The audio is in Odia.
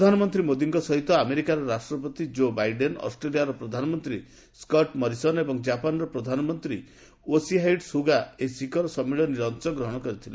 ପ୍ରଧାନମନ୍ତ୍ରୀ ମୋଦୀଙ୍କ ସହିତ ଆମେରିକାର ରାଷ୍ଟପତି ଜୋ ବାଇଡେନ ଅଷ୍ଟ୍ରେଲିଆର ପ୍ରଧାନମନ୍ତ୍ରୀ ସ୍କଟ୍ ମରିସନ ଏବଂ ଜାପାନର ପ୍ରଧାନମନ୍ତ୍ରୀ ଓ୍ବେସିହାଇଡ ସୁଗା ଏହି ଶିଖର ସମ୍ମିଳନୀରେ ଅଂଶଗ୍ରହଣ କରିଥିଲେ